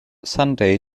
sunday